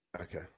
Okay